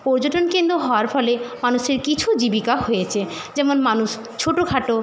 পর্যটন কেন্দ্র হওয়ার ফলে মানুষের কিছু জীবিকা হয়েচে যেমন মানুষ ছোটো খাটো